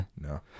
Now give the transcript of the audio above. No